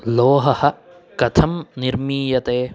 लोहः कथं निर्मीयते